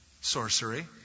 sorcery